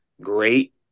great